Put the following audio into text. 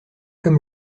comme